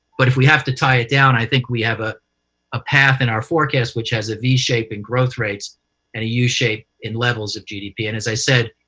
but if we have to tie it down, i think we have ah a path in our forecast which has a v-shape in growth rates and a yeah u-shape in levels of gdp. and as i said,